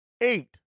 eight